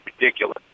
ridiculous